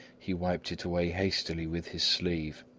he wiped it away hastily with his sleeve,